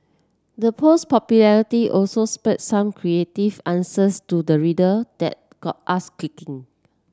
the post popularity also spawned some creative answers to the riddle that got us